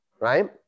right